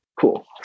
cool